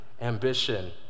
ambition